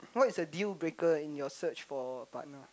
what is the deal breaker in your search of partner